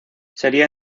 sería